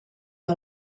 que